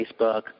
Facebook